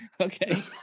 Okay